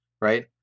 right